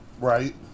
Right